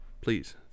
Please